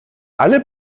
alle